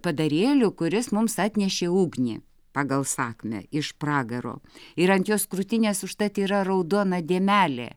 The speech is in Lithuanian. padarėlių kuris mums atnešė ugnį pagal sakmę iš pragaro ir ant jos krūtinės užtat yra raudona dėmelė